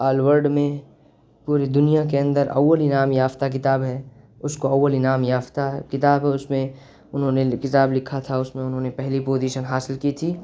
آل world میں پوری دنیا کے اندر اول انعام یافتہ کتاب ہے اس کو اول انعام یافتہ کتاب اس میں انہوں نے کتاب لکھا تھا اس میں انہوں نے پہلی پوزیشن حاصل کی تھی